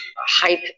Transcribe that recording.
hype